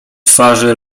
twarzy